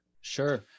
sure